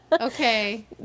okay